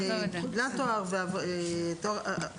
קיבלה תואר אקדמי,